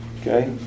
Okay